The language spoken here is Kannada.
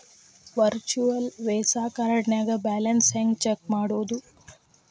ವರ್ಚುಯಲ್ ವೇಸಾ ಕಾರ್ಡ್ನ್ಯಾಗ ಬ್ಯಾಲೆನ್ಸ್ ಹೆಂಗ ಚೆಕ್ ಮಾಡುದು?